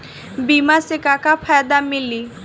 बीमा से का का फायदा मिली?